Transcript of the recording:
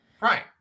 Right